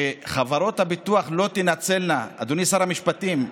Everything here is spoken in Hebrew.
הוא שחברות הביטוח לא תנצלנה, אדוני שר המשפטים,